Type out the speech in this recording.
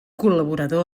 col·laborador